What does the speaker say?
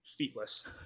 feetless